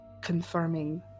confirming